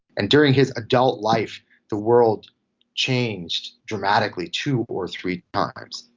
and during his adult life the world changed dramatically, two or three times.